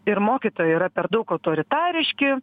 ir mokytojai yra per daug autoritariški